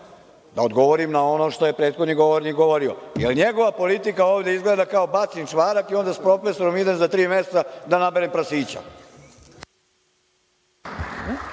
da odgovorim na ono što je prethodni govornik govorio, jer njegova politika ovde izgleda kao bacim čvarak i onda s profesorom idem za tri meseca da naberem prasića.